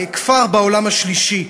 כפר בעולם השלישי.